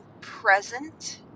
present